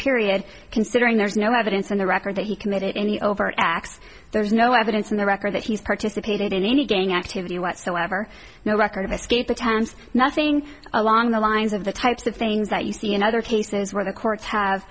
period considering there's no evidence in the record that he committed any overt acts there is no evidence in the record that he's participated in any gang activity whatsoever no record of escape or times nothing along the lines of the types of things that you see in other cases where the courts have